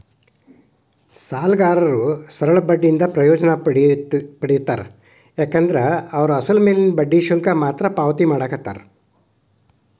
ಸಾಲಗಾರರು ಸರಳ ಬಡ್ಡಿಯಿಂದ ಪ್ರಯೋಜನ ಪಡೆಯುತ್ತಾರೆ ಏಕೆಂದರೆ ಅವರು ಅಸಲು ಮೇಲಿನ ಬಡ್ಡಿ ಶುಲ್ಕವನ್ನು ಮಾತ್ರ ಪಾವತಿಸುತ್ತಿದ್ದಾರೆ